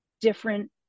different